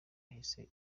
yahise